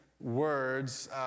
words